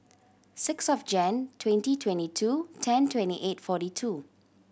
six of Jan twenty twenty two ten twenty eight forty two